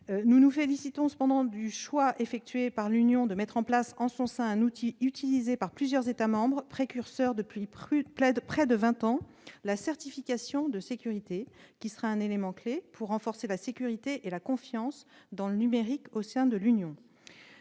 Nous nous félicitons, par ailleurs, du choix de l'Union européenne de mettre en place en son sein un outil utilisé par plusieurs États membres précurseurs depuis près de vingt ans- la certification de sécurité -, qui sera un élément-clé pour renforcer la sécurité et la confiance dans le numérique au sein de l'Union.